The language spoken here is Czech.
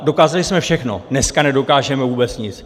Dokázali jsme všechno, dneska nedokážeme vůbec nic.